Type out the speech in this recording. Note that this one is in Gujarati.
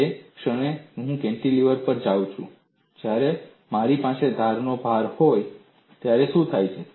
જે ક્ષણે હું કેન્ટિલિવર પર જાઉં છું જ્યારે મારી પાસે ધારનો ભાર હોય છે ત્યારે શું થાય છે